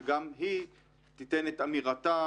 וגם היא תיתן את אמירתה,